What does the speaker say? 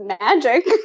magic